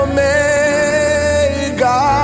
Omega